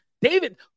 David